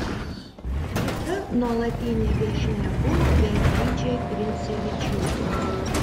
kita nuolatinė viešnia buvo beatričė grincevičiūtė